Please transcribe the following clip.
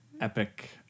epic